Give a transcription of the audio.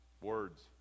words